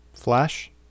flash